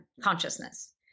consciousness